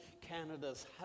Canada's